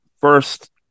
first